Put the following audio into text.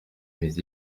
mais